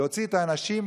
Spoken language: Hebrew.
להוציא את האנשים,